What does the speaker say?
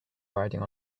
riding